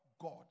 God